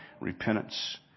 repentance